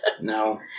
No